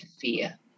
fear